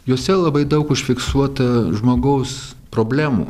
juose labai daug užfiksuota žmogaus problemų